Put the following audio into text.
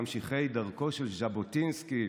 ממשיכי דרכו של ז'בוטינסקי,